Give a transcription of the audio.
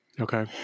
Okay